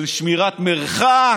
של שמירת מרחק,